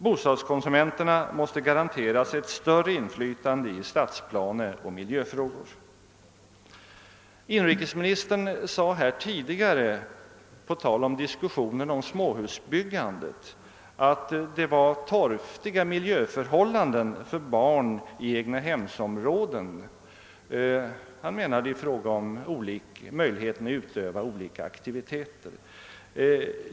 Bostadskonsumenterna måste garanteras ett större inflytande i stadsplaneoch miljöfrågor. Inrikesministern sade tidigare i dag i samband med diskussionen om småhusbyggandet, att det var torftiga miljöförhållanden för barnen i egnahemsområden. Han avsåg då möjligheten att utöva olika aktiviteter.